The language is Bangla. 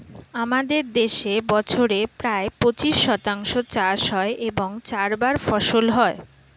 আমাদের দেশে বছরে প্রায় পঁচিশ শতাংশ চাষ হয় এবং চারবার ফসল হয়